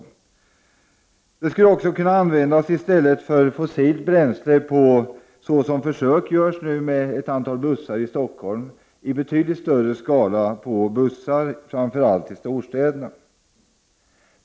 Etanol skulle kunna användas i stället för fossila bränslen på bussar — försök görs nu på ett antal bussar i Stockholm — i betydligt större skala framför allt i storstäderna.